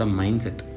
mindset